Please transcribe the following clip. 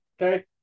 okay